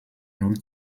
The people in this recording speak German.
null